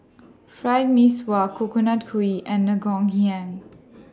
Fried Mee Sua Coconut Kuih and Ngoh Hiang